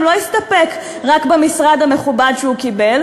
לא הסתפק רק במשרד המכובד שהוא קיבל,